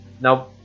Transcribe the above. now